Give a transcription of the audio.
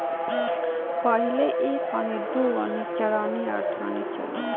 पहिले एक अन्नी, दू अन्नी, चरनी आ अठनी चलो